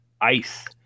ice